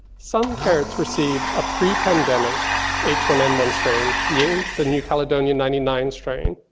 some ferrets received a pre-pandemic h one n one strain, yeah the new caledonia ninety nine strain.